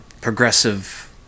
progressive